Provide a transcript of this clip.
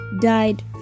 died